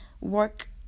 work